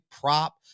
prop